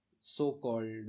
so-called